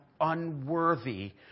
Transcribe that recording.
unworthy